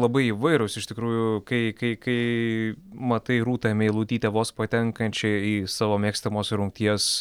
labai įvairūs iš tikrųjų kai kai kai matai rūtą meilutytę vos patenkančią į savo mėgstamos rungties